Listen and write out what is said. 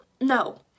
No